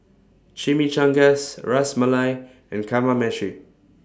Chimichangas Ras Malai and Kamameshi